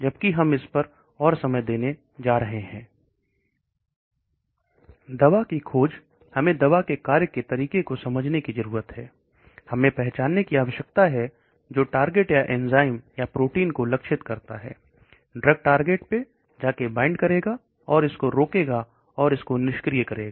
हम इस पर और समय देने जा रहे हैं दवा की खोज हमें दवा के कार्य के तरीके को समझने की जरूरत है मैं पहचानने की आवश्यकता है जो टारगेट या एंजाइम प्रोटीन को लक्षित करता है टारगेट पर जाकर वाइंड करेगा और इसको रोकेगा और इसको निष्क्रिय करेगा